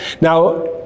Now